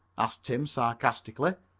asks tim sarcastically,